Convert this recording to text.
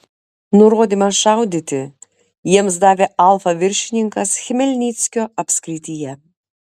nurodymą šaudyti jiems davė alfa viršininkas chmelnyckio apskrityje